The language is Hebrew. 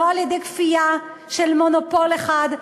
לא על-ידי כפייה של מונופול אחד,